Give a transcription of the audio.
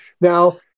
Now